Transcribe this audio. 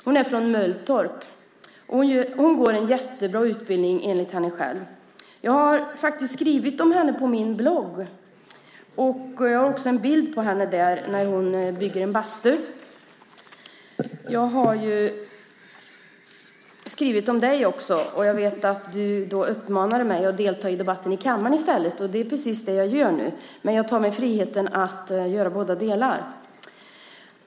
Hon kommer från Mölltorp och hon går en jättebra utbildning enligt henne själv. Jag har skrivit om henne på min blogg, och jag har också en bild på henne där när hon bygger en bastu. Jag har skrivit om ministern också, och jag vet att han har uppmanat mig att delta i debatten i kammaren i stället. Det är precis det jag gör nu, men jag tar mig friheten att göra båda delarna.